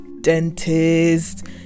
dentist